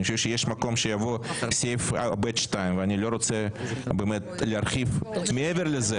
אני חושב שיש מקום שיבוא סעיף (ב2) ואני לא רוצה להרחיב מעבר לזה,